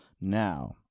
now